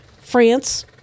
France